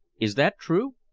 is that true?